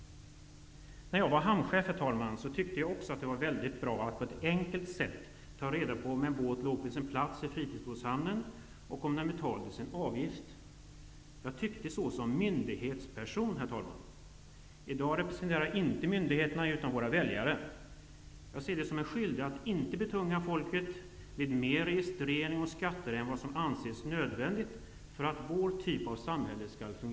När jag var hamnchef, herr talman, tyckte jag också att det var mycket bra att på ett enkelt sätt kunna ta reda på om en båt låg på sin plats i fritidsbåtshamnen och om ägaren betalat sin avgift. Jag tyckte så som myndighetsperson, herr talman. I dag representerar jag inte myndigheterna, utan våra väljare. Jag ser det som en skyldighet att inte betunga folket med mer registrering och skatter än vad som anses nödvändigt för att vår typ av samhälle skall fungera.